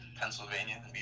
Pennsylvania